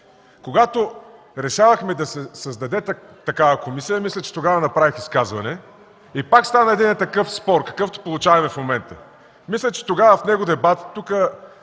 Когато решавахме да се създаде такава комисия, мисля, че тогава направих изказване и пак стана такъв спор, какъвто се получава в момента. Мисля, че тогава в този дебат